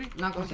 number